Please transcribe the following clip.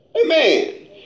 Amen